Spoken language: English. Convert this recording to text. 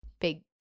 big